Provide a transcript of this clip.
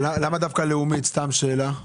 למה דווקא לאומית, סתם שאלה?